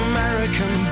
American